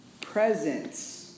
presence